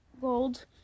gold